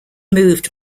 moved